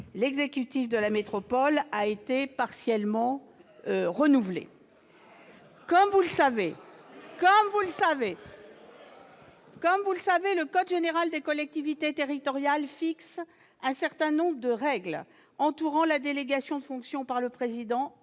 l'exécutif de la métropole a été partiellement renouvelé. Comme vous le savez, le code général des collectivités territoriales fixe un certain nombre de règles entourant la délégation de fonctions par le président